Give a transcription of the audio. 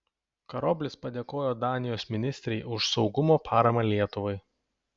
karoblis padėkojo danijos ministrei už saugumo paramą lietuvai